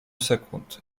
sekund